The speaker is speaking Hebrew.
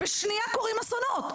אבל בשנייה קורים אסונות.